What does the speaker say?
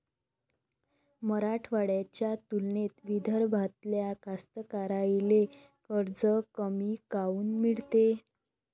मराठवाड्याच्या तुलनेत विदर्भातल्या कास्तकाराइले कर्ज कमी काऊन मिळते?